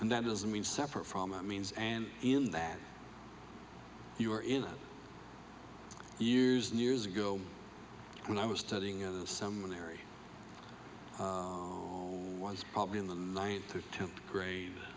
and that doesn't mean separate from my means and in that you are in years and years ago when i was studying someone there it was probably in the ninth or tenth grade